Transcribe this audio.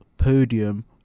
Podium